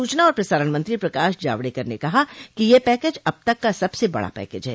सूचना और प्रसारण मंत्री प्रकाश जावडेकर ने कहा है कि यह पैकेज अब तक का सबसे बडा पैकेज है